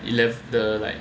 the like